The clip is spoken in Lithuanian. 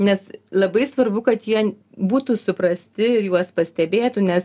nes labai svarbu kad jie būtų suprasti ir juos pastebėtų nes